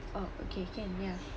oh okay can ya